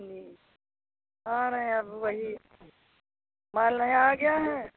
जी आ रहे हैँ अब वही माल नया आ गया है